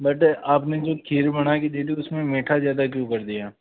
but आपने जो खीर बड़ा के दे दी उसमें मीठा ज़्यादा क्यों कर दिया